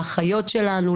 לאחיות שלנו,